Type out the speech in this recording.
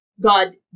God